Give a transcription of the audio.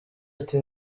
ati